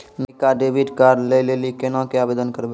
नयका डेबिट कार्डो लै लेली केना के आवेदन करबै?